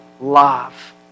love